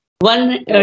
one